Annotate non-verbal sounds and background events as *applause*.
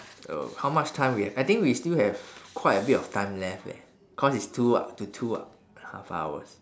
*breath* oh how much time we ha~ I think we still have quite a bit of time left leh cause it's two *noise* two two *noise* and half hours